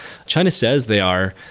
china says they are,